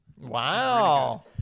Wow